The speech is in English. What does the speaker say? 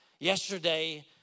Yesterday